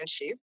relationship